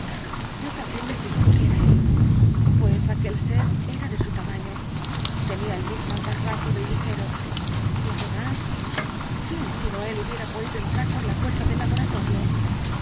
yo también me figuro que era él pues aquel ser era de su tamaño tenía el mismo andar rápido y ligero y además quién sino él hubiera podido entrar por la puerta del laboratorio